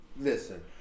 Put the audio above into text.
Listen